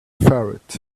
ferret